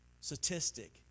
statistic